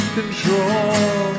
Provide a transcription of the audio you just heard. control